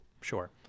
sure